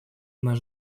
наш